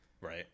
Right